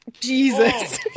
Jesus